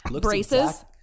braces